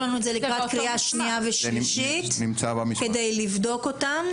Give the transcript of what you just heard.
לנו את זה לקראת קריאה שנייה ושלישית כדי לבדוק אותם,